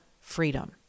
freedom